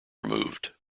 removed